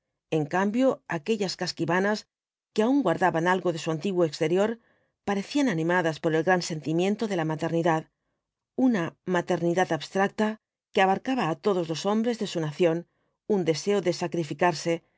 en cambio aquellas casquivanas que aun guardaban algo de su antiguo exterior parecían animadas por el gran sentimiento de la maternidad una maternidad abstracta que abarcaba á todos los hombres de su nación un deseo de sacrificarse de